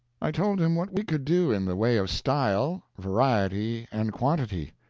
i told him what we could do in the way of style, variety, and quantity.